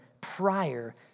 prior